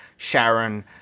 sharon